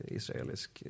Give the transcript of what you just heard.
israelisk